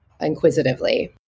inquisitively